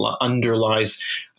underlies